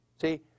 See